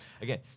again